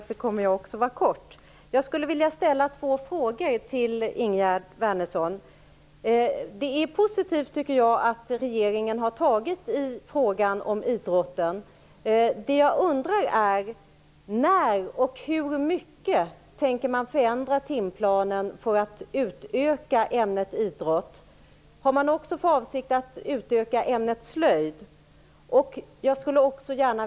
Fru talman! Jag vill ställa två frågor till Ingegerd Wärnersson. Det är positivt att regeringen har tagit itu med frågan om idrotten. Det jag undrar är: När och hur mycket tänker man förändra timplanen för att utöka ämnet idrott? Har man också för avsikt att utöka ämnet slöjd?